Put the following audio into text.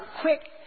quick